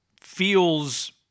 feels